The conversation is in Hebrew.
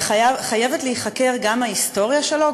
וחייבים להיחקר גם ההיסטוריה שלו,